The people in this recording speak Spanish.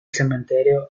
cementerio